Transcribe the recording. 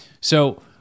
So-